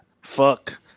Fuck